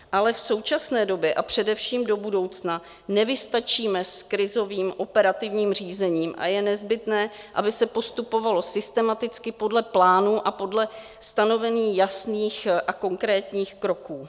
Ale v současné době a především do budoucna nevystačíme s krizovým operativním řízením a je nezbytné, aby se postupovalo systematicky podle plánů a podle stanoveních jasných a konkrétních kroků.